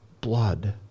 blood